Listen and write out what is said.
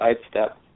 sidestep